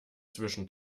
zwischen